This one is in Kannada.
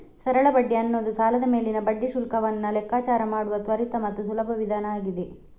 ಸರಳ ಬಡ್ಡಿ ಅನ್ನುದು ಸಾಲದ ಮೇಲಿನ ಬಡ್ಡಿ ಶುಲ್ಕವನ್ನ ಲೆಕ್ಕಾಚಾರ ಮಾಡುವ ತ್ವರಿತ ಮತ್ತು ಸುಲಭ ವಿಧಾನ ಆಗಿದೆ